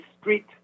street